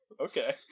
Okay